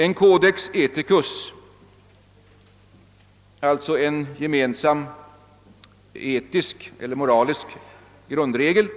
»En codex ethicus» — d. v. s. en gemensam etisk eller moralisk grundregel